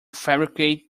fabricate